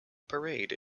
parade